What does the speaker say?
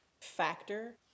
factor